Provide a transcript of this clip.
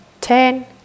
ten